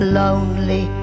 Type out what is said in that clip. lonely